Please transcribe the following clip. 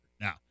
Now